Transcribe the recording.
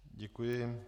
Děkuji.